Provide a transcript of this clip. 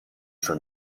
for